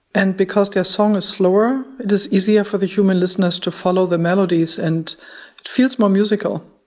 and because their song is slower, it is easier for the human listeners to follow the melodies, and it feels more musical.